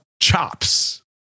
chops